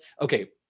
Okay